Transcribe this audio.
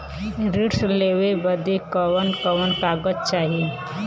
ऋण लेवे बदे कवन कवन कागज चाही?